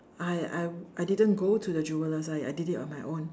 I I I didn't go to the jewellers so I did on my own